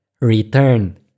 return